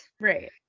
Right